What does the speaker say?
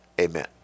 Amen